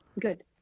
Good